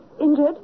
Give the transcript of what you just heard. injured